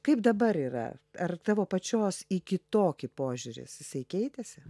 kaip dabar yra ar tavo pačios į kitokį požiūris jisai keitėsi